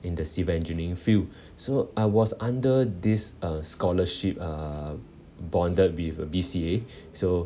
in the civil engineering field so I was under this uh scholarship uh bonded with uh B_C_A so